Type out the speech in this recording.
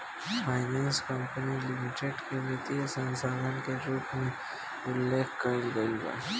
finance company limited के वित्तीय संस्था के रूप में उल्लेख कईल गईल बा